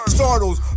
Startles